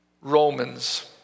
Romans